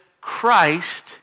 Christ